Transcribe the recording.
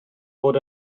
fod